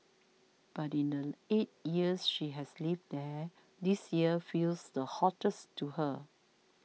but in the eight years she has lived there this year feels the hottest to her